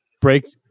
breaks